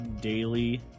daily